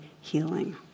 healing